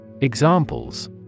Examples